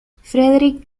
frederick